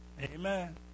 Amen